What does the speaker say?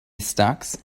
stocks